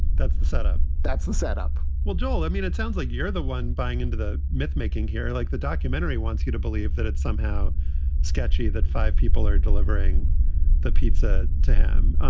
that's the setup. that's the setup well, joel, i mean, it sounds like you're the one buying into the mythmaking here. like the documentary wants you to believe that it's somehow sketchy that five people are delivering the pizza to him.